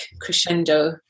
crescendo